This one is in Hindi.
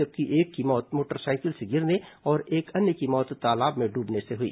जबकि एक की मौत मोटरसाइकिल से गिरने और एक अन्य की मौत तालाब में डूबने से हुई